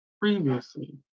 previously